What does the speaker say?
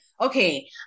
Okay